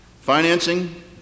Financing